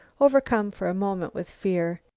overcome for a moment with fear.